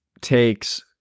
takes